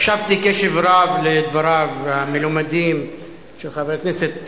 הקשבתי קשב רב לדבריו המלומדים של חבר הכנסת גפני.